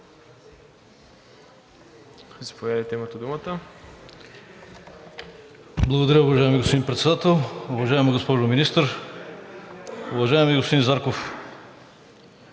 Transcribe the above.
Благодаря, уважаеми господин Председател. Уважаема госпожо Министър, уважаеми господин Зарков!